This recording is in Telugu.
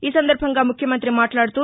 ఈ సందర్భంగా ముఖ్యమంతి మాట్లాడుతూ